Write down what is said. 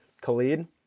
Khalid